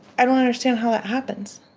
i don't understand how that happens.